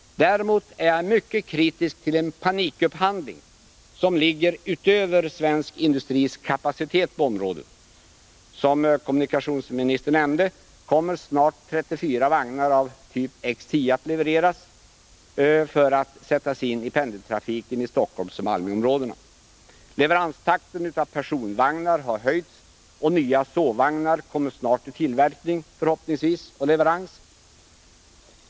Däremot är jag mycket kritisk till en panikupphandling som ligger över svensk industris kapacitet på området. Som kommunikationsministern nämnde kommer snart 34 vagnar av typ X 10 att levereras för att sättas in i Nr 68 pendeltrafiken i Stockholmsoch Malmöområdena. Leveranstakten har höjts, och nya sovvagnar kommer snart i tillverkning och leverans.